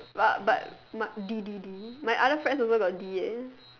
but but but D D D my other friends also got D eh